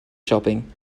shopping